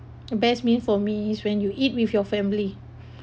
the best meal for me is when you eat with your family